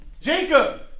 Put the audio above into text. Jacob